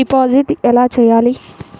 Deposit ఎలా చెయ్యాలి?